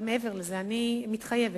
מעבר לזה, אני מתחייבת